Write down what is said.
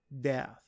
death